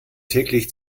täglich